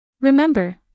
Remember